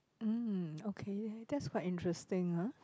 mm okay that's quite interesting ah